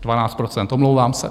12 %, omlouvám se.